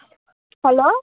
hello